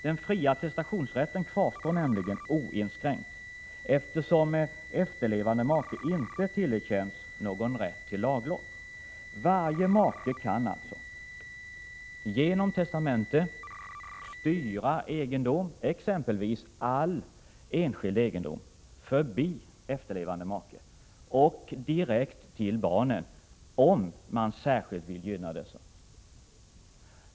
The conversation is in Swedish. Den fria testationsrätten kvarstår nämligen oinskränkt, eftersom efterlevande make inte har tillerkänts någon rätt till laglott. Varje make kan alltså genom testamente styra egendom, exempelvis all enskild egendom, förbi efterlevande make och direkt till barnen om man särskilt vill gynna dessa.